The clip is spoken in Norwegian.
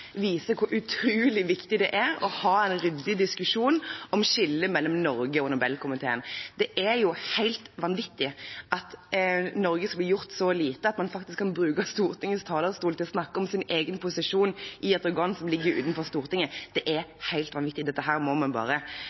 viser hvor utrolig viktig det er å ha en ryddig diskusjon om skillet mellom Norge og Nobelkomiteen. Det er helt vanvittig at Norge skal bli gjort så lite at man faktisk kan bruke Stortingets talerstol til å snakke om sin egen posisjon i et organ som ligger utenfor Stortinget. Det er helt vanvittig. Dette må vi bare